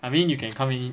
I mean you can come in